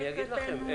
אני אגיד לכם.